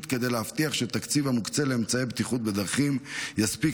כדי להבטיח שתקציב המוקצה לאמצעי בטיחות בדרכים יספיק